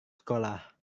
sekolah